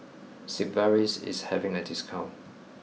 Sigvaris is having a discount